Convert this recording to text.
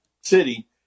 city